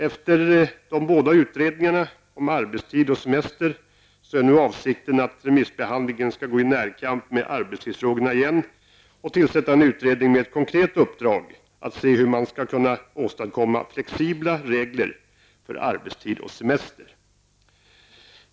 Efter de båda utredningarna om arbetstid och semester är nu avsikten att man efter remissbehandlingen på nytt skall gå i närkamp med arbetstidsfrågorna och tillsätta en utredning med ett konkret uppdrag att se hur man skall kunna åstadkomma flexibla regler för arbetstid och semester.